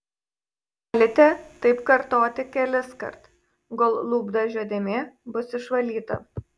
galite taip kartoti keliskart kol lūpdažio dėmė bus išvalyta